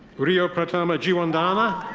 rio pratama djiwandana.